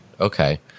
Okay